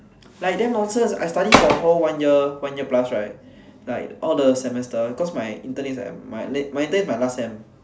like damn nonsense I study for whole one year one year plus right like all the semester cause my intern is at my late my intern is my last sem